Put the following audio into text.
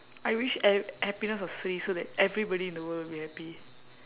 I wish e~ happiness was free so that everybody in the world will be happy